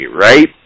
right